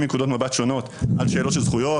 מנקודות מבט שונות על שאלות של זכויות,